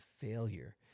failure